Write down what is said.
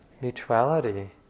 mutuality